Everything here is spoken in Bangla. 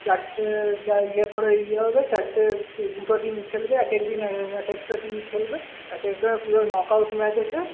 চারটে ইয়ে করে ইয়ে হবে চারটে দুটো টিম খেলবে এক এক দিন এক একটা টিম খেলবে এক একটা নকআউট ম্যাচ আছে